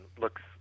looks